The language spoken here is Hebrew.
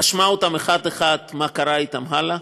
רשמה אחד-אחד מה קרה אתם הלאה,